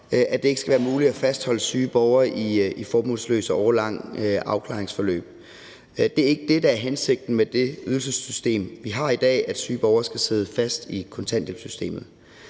at det ikke skal være muligt at fastholde syge borgere i formålsløse og årelange afklaringsforløb. Det er ikke det, der er hensigten med det ydelsessystem, vi har i dag, altså at syge borgere skal sidde fast i kontanthjælpssystemet.